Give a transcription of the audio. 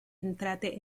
entrate